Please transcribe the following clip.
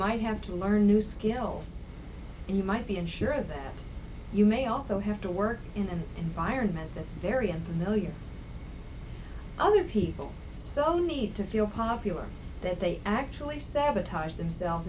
might have to learn new skills and you might be unsure that you may also have to work in an environment that's very i know you other people so need to feel popular that they actually sabotage themselves